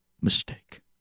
mistake